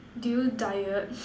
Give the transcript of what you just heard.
do you diet